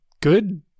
good